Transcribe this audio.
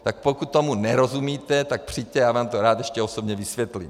Tak pokud tomu nerozumíte, tak přijďte, já vám to rád ještě osobně vysvětlím.